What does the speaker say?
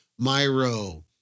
Myro